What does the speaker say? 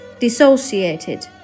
dissociated